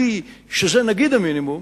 שזה נגיד המינימום,